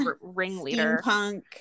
ringleader